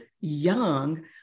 young